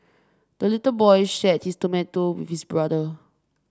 the little boy shared his tomato with brother